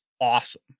awesome